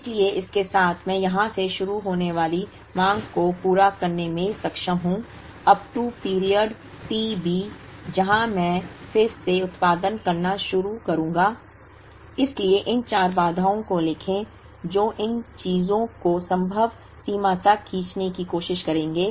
इसलिए इसके साथ मैं यहां से शुरू होने वाली मांग को पूरा करने में सक्षम हूं up to period t B जहां मैं फिर से उत्पादन करना शुरू करूंगा इसलिए इन चार बाधाओं को लिखें जो इन चीजों को संभव सीमा तक खींचने की कोशिश करेंगे